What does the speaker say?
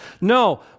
No